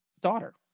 daughter